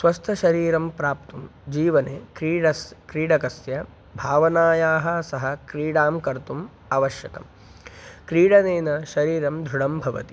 स्वस्थशरीरं प्राप्तुं जीवने क्रीडया क्रीडकस्य भावनायाः सह क्रीडां कर्तुम् आवश्यकं क्रीडनेन शरीरं दृढं भवति